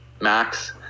max